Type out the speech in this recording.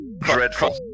dreadful